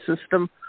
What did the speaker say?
system